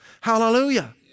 Hallelujah